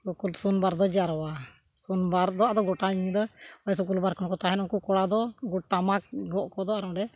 ᱥᱩᱱᱵᱟᱨ ᱫᱚ ᱡᱟᱣᱨᱟ ᱥᱩᱱᱵᱟᱨ ᱫᱚ ᱟᱫᱚ ᱜᱚᱴᱟ ᱧᱤᱫᱟᱹ ᱦᱚᱭ ᱥᱩᱠᱩᱞᱵᱟᱨ ᱠᱷᱚᱱ ᱠᱚ ᱛᱟᱦᱮᱱᱟ ᱩᱱᱠᱩ ᱠᱚᱲᱟ ᱫᱚ ᱴᱟᱢᱟᱠ ᱜᱚᱜ ᱠᱚᱫᱚ ᱟᱨ ᱱᱚᱰᱮ